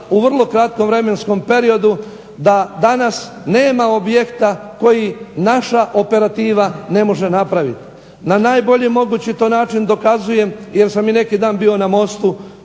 u vrlo kratkom vremenskom periodu da danas nema objekta koji naša operativa ne može napraviti. Na najbolji mogući način to dokazuje jer sam i neki dan bio na mostu